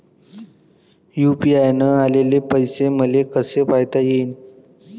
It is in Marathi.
यू.पी.आय न आलेले पैसे मले कसे पायता येईन?